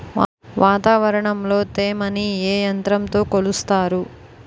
వాతావరణంలో తేమని ఏ యంత్రంతో కొలుస్తారు?